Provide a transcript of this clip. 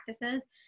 practices